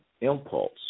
impulse